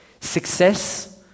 success